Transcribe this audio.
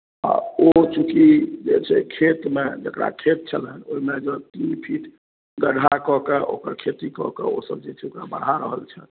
आ ओ चूँकि जे छै खेतमे जकरा खेत छलनि ओहिमे जँ तीन फिट गड्ढा कऽ के ओकर खेती कऽ के ओसभ जे छै ओकरा बढ़ा रहल छथि